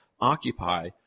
Occupy